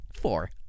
Four